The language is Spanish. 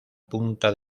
punta